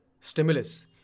stimulus